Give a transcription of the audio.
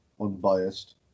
unbiased